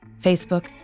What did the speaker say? Facebook